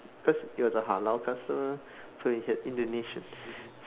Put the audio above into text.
because it was a halal customer so we had Indonesian